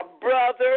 brother